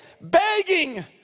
Begging